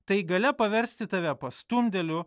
tai galia paversti tave pastumdėliu